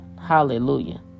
Hallelujah